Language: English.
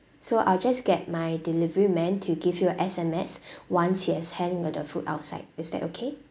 so I'll just get my delivery man to give you a S_M_S once he has hang uh the food outside is that okay